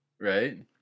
Right